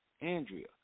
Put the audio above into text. Andrea